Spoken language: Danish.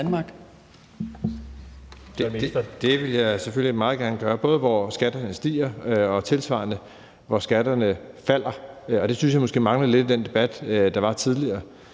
Det vil jeg selvfølgelig meget gerne gøre, både om, hvor skatterne stiger, og tilsvarende hvor skatterne falder. Og det synes jeg måske manglede lidt i den debat, der var tidligere,